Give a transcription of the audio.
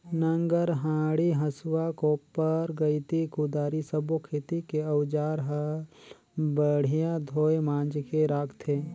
नांगर डांडी, हसुआ, कोप्पर गइती, कुदारी सब्बो खेती के अउजार हल बड़िया धोये मांजके राखथे